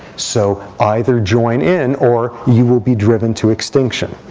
so either join in. or you will be driven to extinction.